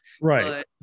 Right